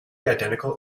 identical